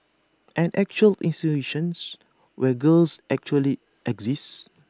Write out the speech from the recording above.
an actual institutions where girls actually exist